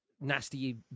nasty